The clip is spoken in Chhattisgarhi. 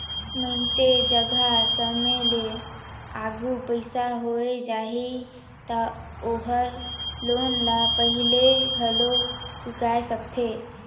मइनसे जघा समे ले आघु पइसा होय जाही त ओहर लोन ल पहिले घलो चुकाय सकथे